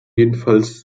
jedenfalls